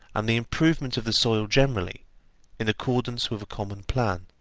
and the improvement of the soil generally in accordance with a common plan.